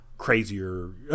Crazier